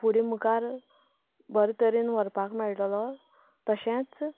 फुडें मुखार बरें तरेन व्हरपाक मेळटलो तशेंच